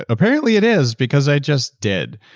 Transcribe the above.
apparently it is, because i just did.